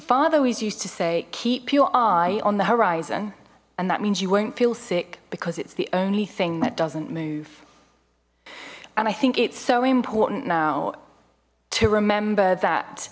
father always used to say keep your eye on the horizon and that means you won't feel sick because it's the only thing that doesn't move and i think it's so important now to remember that